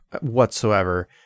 whatsoever